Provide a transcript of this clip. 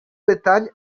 pytań